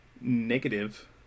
negative